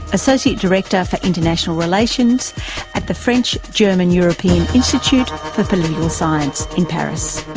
associate director for international relations at the french-german european institute for political science in paris.